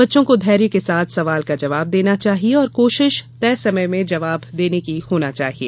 बच्चों को धैर्य के साथ सवाल का जवाब देना चाहिए और कोशिश तय समय में जवाब देनी की होना चाहिए